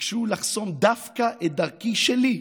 ביקשו לחסום דווקא את דרכי שלי,